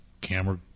Camera